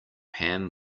ham